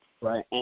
Right